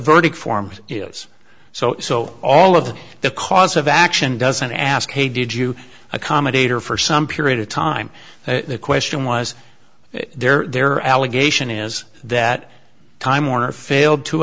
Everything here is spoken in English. verdict form is so so all of the cause of action doesn't ask hey did you accommodate or for some period of time the question was there allegation is that time warner failed to